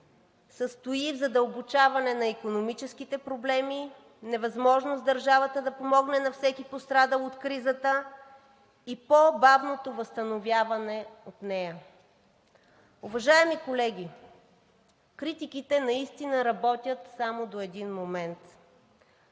състои в задълбочаване на икономическите проблеми, невъзможност държавата да помогне на всеки пострадал от кризата и по-бавното възстановяване от нея. Уважаеми колеги, критиките наистина работят само до един момент и